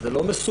זה לא מסובך.